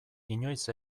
inoiz